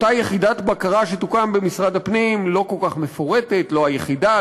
אותה יחידת בקרה שתוקם במשרד הפנים לא כל כך מפורטת: לא היחידה,